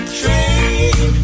train